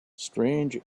strange